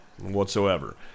Whatsoever